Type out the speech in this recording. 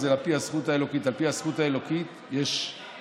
אז על פי הזכות האלוקית יש הסכם,